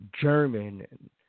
German